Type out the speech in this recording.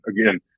Again